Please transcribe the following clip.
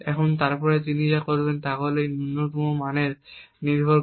এবং তারপরে তিনি যা করবেন তা হল এই নূন্যতম মানের উপর নির্ভর করে